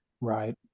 right